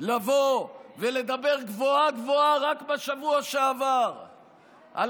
לבוא ולדבר גבוהה-גבוהה רק בשבוע שעבר על